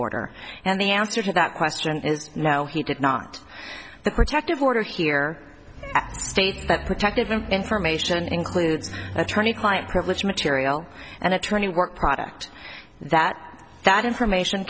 order and the answer to that question is now he did not the protective order here state that protected the information includes attorney client privilege material and attorney work product that that information